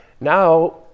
Now